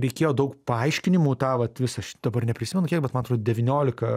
reikėjo daug paaiškinimų tą vat visą šį dabar neprisimenu kiek bet man atrodo devyniolika